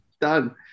Done